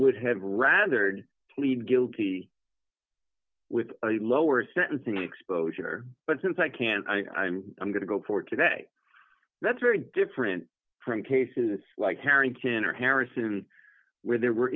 would have rather just plead guilty with a lower sentencing exposure but since i can't i'm i'm going to go forward today that's very different from cases like harrington or harrison where there were